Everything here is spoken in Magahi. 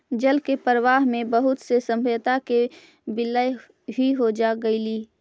जल के प्रवाह में बहुत से सभ्यता के विलय भी हो गेलई